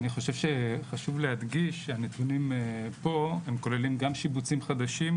אני חושב שחשוב להדגיש שהנתונים פה הם כוללים גם שיבוצים חדשים,